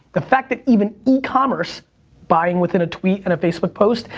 the fact that even e-commerce, buying within a tweet and a facebook post,